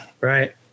Right